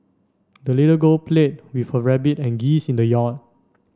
the little girl played with her rabbit and geese in the yard